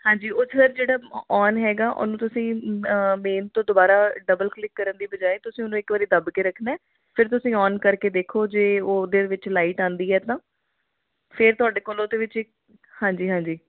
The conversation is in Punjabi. ਹਾਂਜੀ ਉੱਥੇ ਸਰ ਜਿਹੜਾ ਓਨ ਹੈਗਾ ਉਹਨੂੰ ਤੁਸੀਂ ਮੇਨ ਤੋਂ ਦੁਬਾਰਾ ਡਬਲ ਕਲਿੱਕ ਕਰਨ ਦੀ ਬਜਾਏ ਤੁਸੀਂ ਉਹਨੂੰ ਇੱਕ ਵਾਰੀ ਦੱਬ ਕੇ ਰੱਖਣਾ ਫਿਰ ਤੁਸੀਂ ਓਨ ਕਰਕੇ ਦੇਖੋ ਜੇ ਉਹਦੇ ਵਿੱਚ ਲਾਈਟ ਆਉਂਦੀ ਹੈ ਤਾਂ ਫੇਰ ਤੁਹਾਡੇ ਕੋਲ ਉਹਦੇ ਵਿੱਚ ਇੱਕ ਹਾਂਜੀ ਹਾਂਜੀ